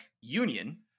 Union